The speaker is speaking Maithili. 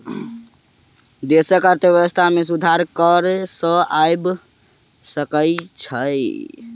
देशक अर्थव्यवस्था में सुधार कर सॅ आइब सकै छै